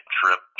trip